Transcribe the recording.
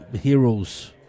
heroes